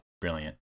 Brilliant